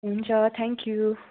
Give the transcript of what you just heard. हुन्छ थ्याङ्कयू